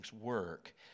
work